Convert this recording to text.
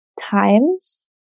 times